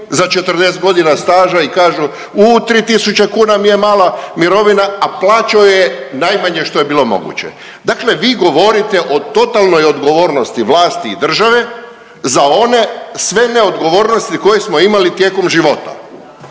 za 40.g. staža i kažu uuuu 3.000 kuna mi je mala mirovina, a plaćao ju je najmanje što je bilo moguće. Dakle vi govorite o totalnoj odgovornosti vlasti i države za one sve neodgovornosti koje smo imali tijekom života.